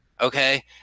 Okay